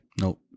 Nope